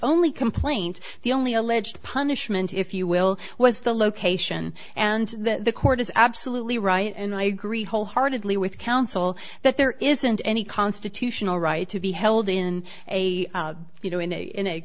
only complaint the only alleged punishment if you will was the location and the court is absolutely right and i agree wholeheartedly with counsel that there isn't any constitutional right to be held in a you know in a in